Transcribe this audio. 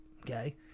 Okay